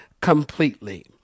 completely